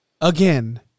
Again